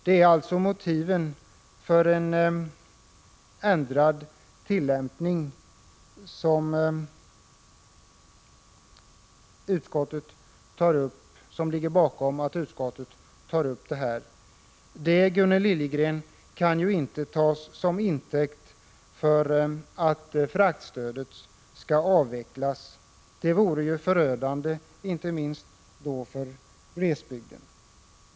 Det är motiven för en ändrad tillämpning som ligger bakom att utskottet tar upp frågan om fraktstödet. Att nuvarande tillämpning inte är bra kan inte, Gunnel Liljegren, tas som intäkt för att fraktstödet skall avvecklas. En avveckling vore förödande, inte minst för glesbygden.